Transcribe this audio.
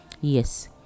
yes